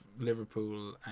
Liverpool